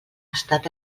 estat